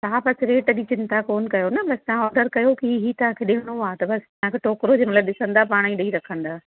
तव्हां बसि रेट जी चिंता कोन कयो न बसि तव्हां ऑडर कयो की हीअ हीअ तव्हांखे ॾियणो आ्हे त बसि तव्हांखे टोकिरो जंहिं महिल ॾिसंदा पाण ई ॾेई रखंदव